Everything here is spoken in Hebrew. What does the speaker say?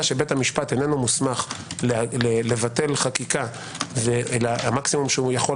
שבית המשפט אינו מוסמך לבטל חקיקה והמקסימום שיכול